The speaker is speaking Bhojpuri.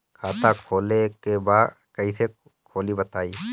खाता खोले के बा कईसे खुली बताई?